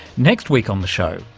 next week on the show,